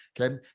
Okay